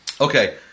okay